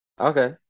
Okay